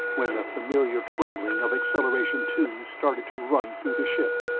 when the familiar trembling of acceleration two started to run through the ship.